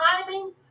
timing